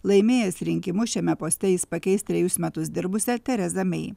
laimėjęs rinkimus šiame poste jis pakeis trejus metus dirbusią terezą mei